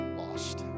lost